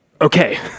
Okay